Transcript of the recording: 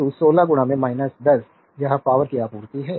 तो पी 1 16 10 यह पावरकी आपूर्ति है